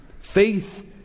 Faith